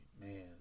Man